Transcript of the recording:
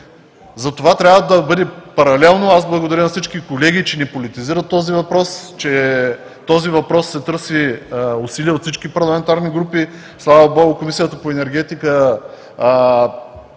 Затова трябва да бъде паралелно. Аз благодаря на всички колеги, че не политизират този въпрос, че по този въпрос се търсят усилия от всички парламентарни групи. Слава Богу, в Комисията по енергетика